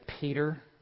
Peter